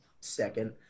second